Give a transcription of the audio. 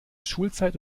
schulzeit